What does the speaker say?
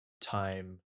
time